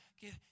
get